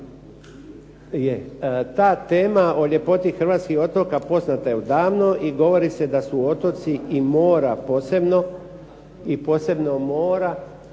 I ta tema o ljepoti hrvatskih otoka poznata je odavno i govori se da otoci i mora posebno, i posebno mora